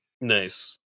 Nice